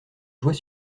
joie